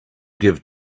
give